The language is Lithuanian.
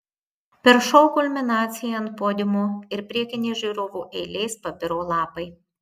per šou kulminaciją ant podiumo ir priekinės žiūrovų eilės pabiro lapai